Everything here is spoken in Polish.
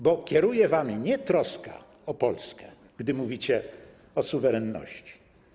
Bo kieruje wami nie troska o Polskę, gdy mówicie o suwerenności.